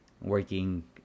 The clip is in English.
working